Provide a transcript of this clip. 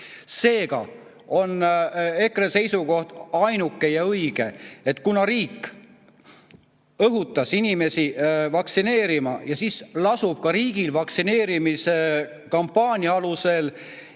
Seega on EKRE seisukoht ainuke ja õige: kuna riik õhutas inimesi vaktsineerima, siis lasub riigil ka vaktsineerimise kampaania alusel